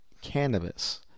cannabis